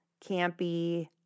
campy